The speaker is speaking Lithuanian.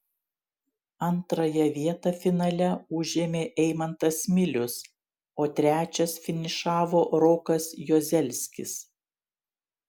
antrąją vietą finale užėmė eimantas milius o trečias finišavo rokas juozelskis